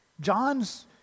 John's